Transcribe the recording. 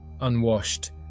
Unwashed